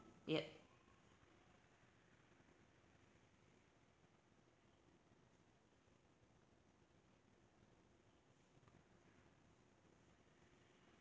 yup